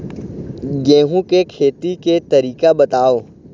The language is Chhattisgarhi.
गेहूं के खेती के तरीका बताव?